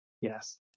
Yes